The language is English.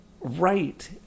Right